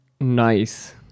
Nice